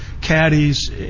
caddies